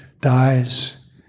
dies